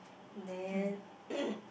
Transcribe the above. then